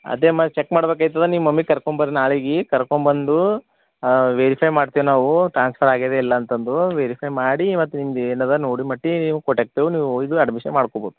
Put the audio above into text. ಅದೆಮ್ಮ check ಮಾಡ್ಬೇಕಾಯ್ತದ ನಿಮ್ಮ mummy ಕರ್ಕೊಂಬರ್ರಿ ನಾಳೆಗೆ ಕರ್ಕೊಂಬಂದು ವೆರಿಫೈ ಮಾಡ್ತೇವೆ ನಾವು ಟ್ರಾನ್ಸ್ಫರಾಗ್ಯದ ಇಲ್ಲಾಂತಂದು ವೆರಿಫೈ ಮಾಡಿ ಮತ್ತು ನಿಮ್ದು ಏನದ ನೋಡಿ ಮಟ್ಟಿ ನೀವು ಕೊಟಾಕ್ತೀವಿ ನೀವು ಇದು ಅಡ್ಮಿಷನ್ ಮಾಡ್ಕೊಬೋದು